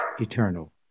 eternal